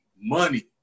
money